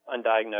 undiagnosed